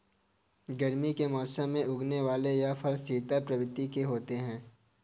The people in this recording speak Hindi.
गर्मी के मौसम में उगने वाले यह फल शीतल प्रवृत्ति के होते हैं